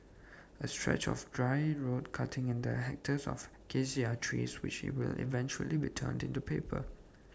A stretch of dry road cutting in the hectares of Acacia trees which will eventually be turned into paper